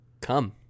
Come